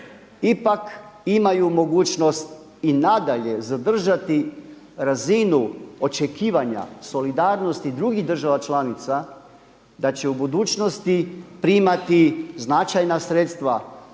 ipak imaju mogućnost i nadalje zadržati razinu očekivanja solidarnosti drugih država članica da će u budućnosti primati značajna sredstva